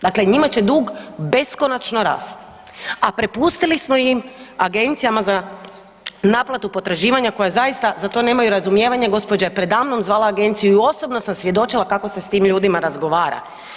Dakle, njima će dug beskonačno rast, a prepustili smo im agencijama za naplatu potraživanja koja zaista za to nemaju razumijevanja, gospođa je predamnom zvala agenciju i osobno sam svjedočila kako se s tim ljudima razgovara.